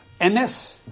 MS